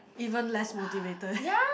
even less motivated